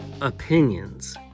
opinions